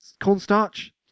Cornstarch